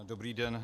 Dobrý den.